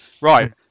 Right